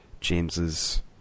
james's